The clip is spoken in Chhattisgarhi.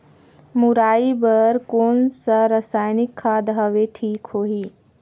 मुरई बार कोन सा रसायनिक खाद हवे ठीक होही?